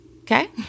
okay